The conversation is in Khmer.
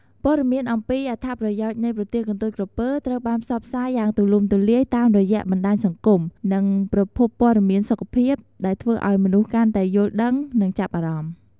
ព័ត៌មានអំពីអត្ថប្រយោជន៍នៃប្រទាលកន្ទុយក្រពើត្រូវបានផ្សព្វផ្សាយយ៉ាងទូលំទូលាយតាមរយៈបណ្តាញសង្គម និងប្រភពព័ត៌មានសុខភាព ដែលធ្វើឲ្យមនុស្សកាន់តែយល់ដឹង និងចាប់អារម្មណ៍។